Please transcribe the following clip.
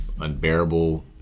unbearable